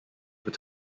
were